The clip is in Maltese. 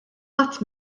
qatt